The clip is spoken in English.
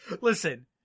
Listen